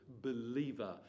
believer